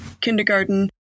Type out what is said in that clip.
kindergarten